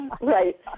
Right